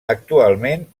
actualment